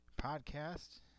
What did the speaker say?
podcast